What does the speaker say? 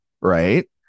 right